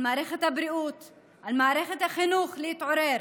על מערכת הבריאות ועל מערכת החינוך להתעורר.